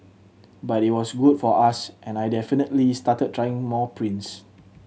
but it was good for us and I definitely started trying more prints